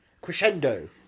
crescendo